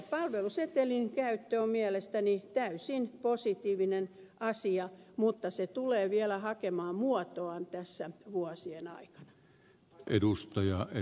palvelusetelin käyttö on mielestäni täysin positiivinen asia mutta se tulee vielä hakemaan muotoaan tässä vuosien aikana